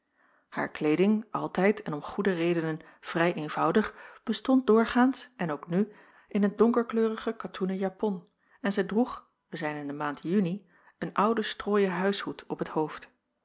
haar kleeding altijd en om goede redenen vrij eenvoudig bestond doorgaans en ook nu in een donkerkleurige katoenen japon en zij droeg wij zijn in de maand juni een ouden strooien huishoed op t hoofd